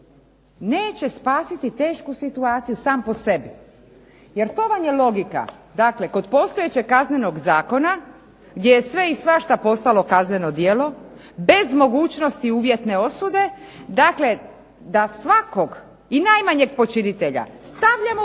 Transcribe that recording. neće spasiti tešku situaciju sam po sebi, jer to vam je logika dakle pod postojećeg Kaznenog zakona, gdje je sve i svašta postalo kazneno djelo, bez mogućnosti uvjetne osude, dakle da svakog i najmanjeg počinitelja stavljamo